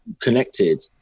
connected